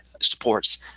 Supports